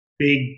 big